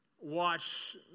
watch